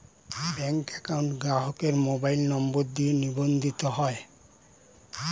bank account গ্রাহকের mobile number দিয়ে নিবন্ধিত হয়